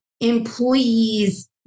employees